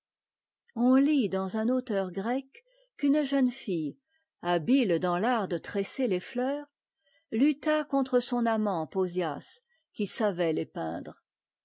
on lit dans un auteur grec qu'une jeune fille habite dans'l'art de tresser les heurs lutta contre son amant bausias qui savait ës peindré